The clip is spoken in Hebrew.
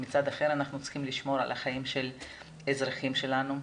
ומצד אחר אנחנו צריכים לשמור על החיים של האזרחים שלנו.